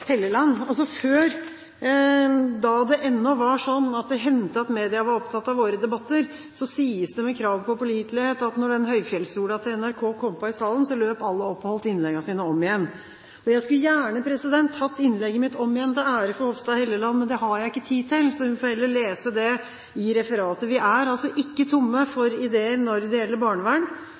pålitelighet, at når høyfjellssola til NRK kom på i salen, løp alle opp og holdt innleggene sine om igjen. Jeg skulle gjerne tatt innlegget mitt om igjen til ære for Hofstad Helleland, men det har jeg ikke tid til. Hun får heller lese det i referatet. Vi er altså ikke tomme for ideer når det gjelder barnevern.